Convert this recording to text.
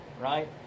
Right